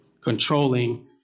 controlling